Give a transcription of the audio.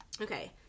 okay